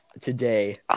today